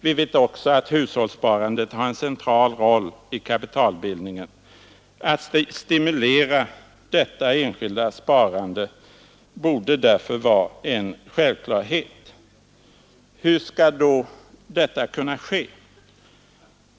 Vi vet också att hushållssparandet har en central roll i kapitalbildningen. Att stimulera detta enskilda sparande borde därför vara en självklarhet. Hur skall då detta kunna ske?